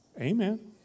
Amen